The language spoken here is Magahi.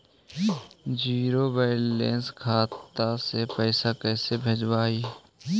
जीरो बैलेंस खाता से पैसा कैसे भेजबइ?